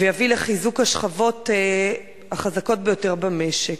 ויביא לחיזוק השכבות החזקות ביותר במשק.